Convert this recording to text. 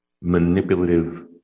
manipulative